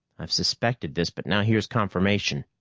i've suspected this, but now here's confirmation.